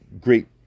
great